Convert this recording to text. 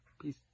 Peace